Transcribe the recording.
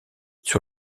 sur